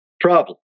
problem